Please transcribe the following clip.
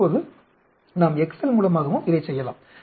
இப்போது நாம் எக்செல் மூலமாகவும் இதைச் செய்யலாம்